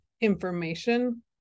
information